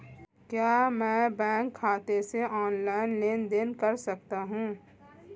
क्या मैं बैंक खाते से ऑनलाइन लेनदेन कर सकता हूं?